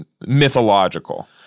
mythological